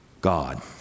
God